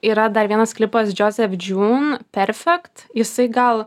yra dar vienas klipas joseph june perfect jisai gal